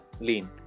lean